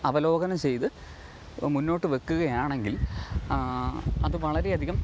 അവലോകനം ചെയ്തു മുന്നോട്ടു വെക്കുകയാണെങ്കിൽ അതു വളരേയധികം